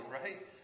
right